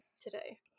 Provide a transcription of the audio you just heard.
today